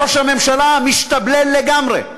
ראש הממשלה משתבלל לגמרי,